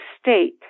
state